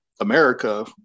America